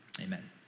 Amen